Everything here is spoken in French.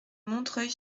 montreuil